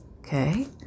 okay